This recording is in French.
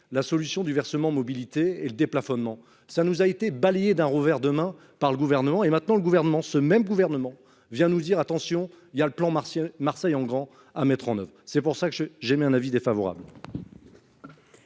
La solution du versement mobilité est le déplafonnement ça nous a été balayé d'un revers de main par le gouvernement et maintenant le gouvernement ce même gouvernement vient nous dire attention il y a le plan Marseille, Marseille en grand à mettre en oeuvre, c'est pour ça que je, j'émets un avis défavorable.--